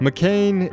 McCain